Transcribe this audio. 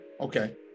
Okay